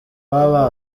baba